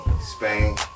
Spain